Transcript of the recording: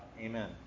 Amen